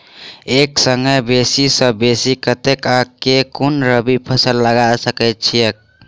एक संगे बेसी सऽ बेसी कतेक आ केँ कुन रबी फसल लगा सकै छियैक?